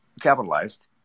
capitalized